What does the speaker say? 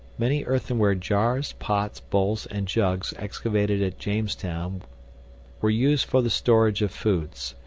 many earthenware jars, pots, bowls, and jugs excavated at jamestown were used for the storage of foods.